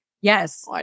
Yes